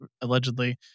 allegedly